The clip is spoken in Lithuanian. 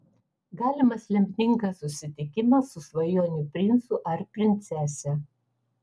galimas lemtingas susitikimas su svajonių princu ar princese